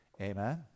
amen